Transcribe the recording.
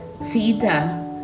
Sita